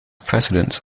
precedence